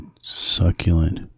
succulent